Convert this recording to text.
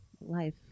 life